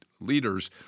leaders